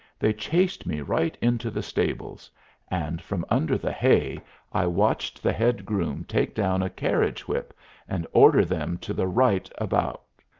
they chased me right into the stables and from under the hay i watched the head groom take down a carriage-whip and order them to the right about.